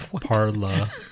parla